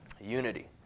unity